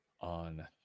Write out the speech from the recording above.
on